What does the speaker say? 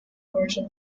virgin